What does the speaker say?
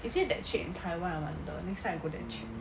is it that cheap in taiwan I wonder next time I go there and check